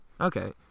Okay